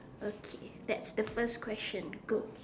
okay that's the first question go